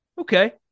okay